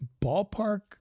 ballpark